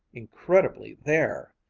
incredibly there,